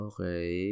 Okay